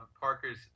Parker's